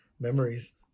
memories